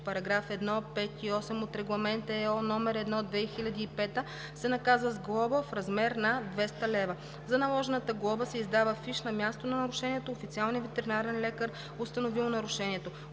параграф 1, 5 и 8 от Регламент (ЕО) № 1/2005, се наказва с глоба в размер на 200 лв. За наложената глоба се издава фиш на мястото на нарушението от официалния ветеринарен лекар, установил нарушението.